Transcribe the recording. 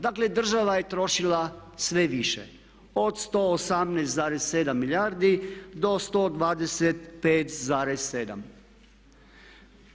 Dakle, država je trošila što više, od 118,7 milijardi do 125,7.